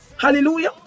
Hallelujah